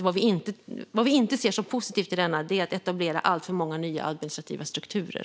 Det vi inte ser som positivt i den handlar om att etablera alltför många nya administrativa strukturer.